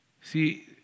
See